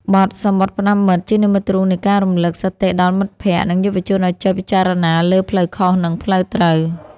បទ សំបុត្រផ្ដាំមិត្ត ជានិមិត្តរូបនៃការរំលឹកសតិដល់មិត្តភក្តិ និងយុវជនឱ្យចេះពិចារណាលើផ្លូវខុស និងផ្លូវត្រូវ